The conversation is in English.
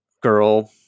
girl